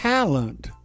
Talent